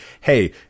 hey